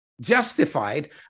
justified